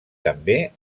també